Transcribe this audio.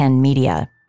Media